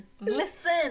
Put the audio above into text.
listen